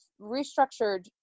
restructured